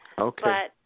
Okay